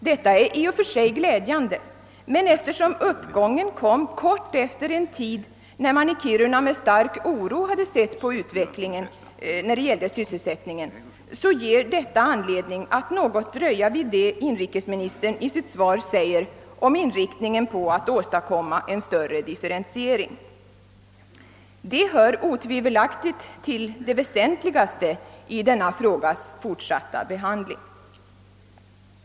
Detta är i och för sig glädjande, men eftersom uppgången kom kort efter en tid när man i Kiruna med stark oro sett på utvecklingen när det gällde sysselsättningen, så ger detta anledning att något dröja vid det inrikesministern i sitt svar säger om inriktningen på att åstadkomma en större differentiering. Detta hör otvivelaktigt till det väsentligaste vid denna frågas fortsatta behandling.